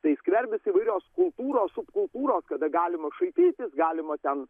tai skverbiasi įvairios kultūros subkultūros kada galima šaipytis galima ten